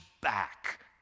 back